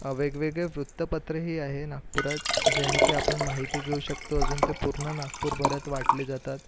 वेगवेगळे वृतपत्रेही आहेत नागपुरात ज्यानी की आपण माहिती घेऊ शकतो अजून तर पूर्ण नागपूरभरात वाटले जातात